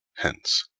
hence,